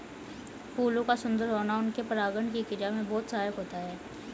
फूलों का सुंदर होना उनके परागण की क्रिया में बहुत सहायक होता है